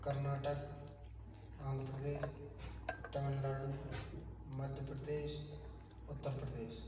Karnataka Andhra Pradesh Tamil Nadu Madhya Pradesh Uttar Pradesh